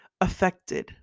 affected